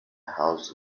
houses